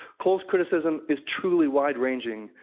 cole's criticism is truly wide-ranging,